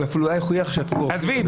עזבי,